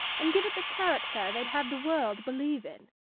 and give it the character they'd have the world believe in.